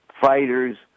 fighters